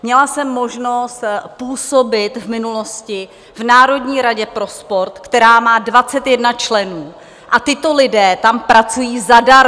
Měla jsem možnost působit v minulosti v Národní radě pro sport, která má 21 členů, a tito lidé tam pracují zadarmo.